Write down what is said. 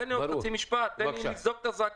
תן לי עוד משפט, תן לי לזעוק את הזעקה.